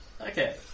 okay